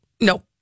No